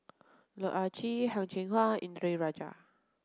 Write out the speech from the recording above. Loh Ah Chee Heng Cheng Hwa Indranee Rajah